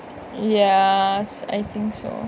yes I think so